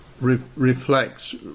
reflects